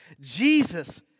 Jesus